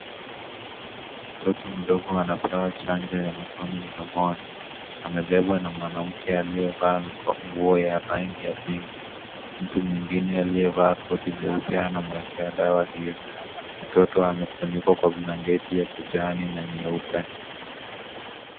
Mtoto mdogo anapewa chanjo ya matone mdomoni, amebebwa na mwanamke aliyevaa nguo ya rangi ya pink, mtu mwingine aliyevaa koti jeupe anamwekea dawa hiyo, mtoto amefunikwa kwa blanketi ya kijani na nyeupe.